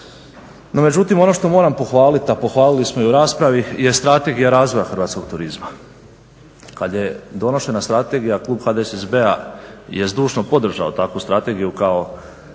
No međutim ono što moram pohvaliti, a pohvalili smo i u raspravi je Strategija razvoja hrvatskog turizma. Kada je donošena strategija klub HDSSB-a je zdušno podržao takvu strategiju kao